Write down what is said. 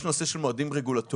יש הנושא ש למועדים רגולטוריים.